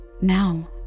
Now